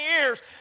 years